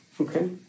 Okay